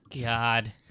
god